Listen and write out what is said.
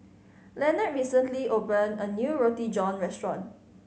Leonard recently opened a new Roti John restaurant